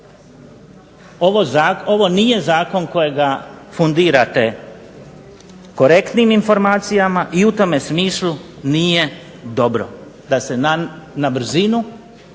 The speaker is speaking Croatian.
Ovo nije zakon kojega fundirate korektnim informacijama i u tome smislu nije dobro da se na brzinu